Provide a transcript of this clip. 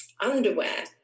underwear